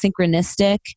synchronistic